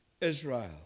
Israel